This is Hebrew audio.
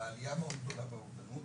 עלייה מאוד גדולה באובדנות.